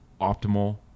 optimal